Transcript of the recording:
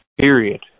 period